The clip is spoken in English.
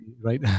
right